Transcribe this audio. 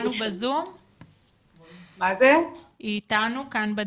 היא איתנו כאן בדיון?